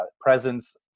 presence